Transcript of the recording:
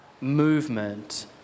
movement